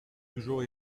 toujours